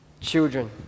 children